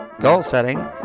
goal-setting